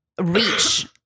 reach